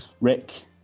Rick